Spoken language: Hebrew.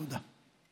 תודה.